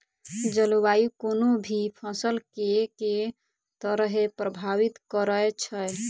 जलवायु कोनो भी फसल केँ के तरहे प्रभावित करै छै?